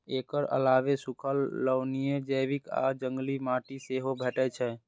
एकर अलावे सूखल, लवणीय, जैविक आ जंगली माटि सेहो भेटै छै